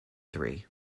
three